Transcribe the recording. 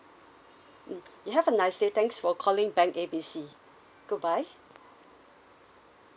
mm you have a nice day thanks for calling bank A B C goodbye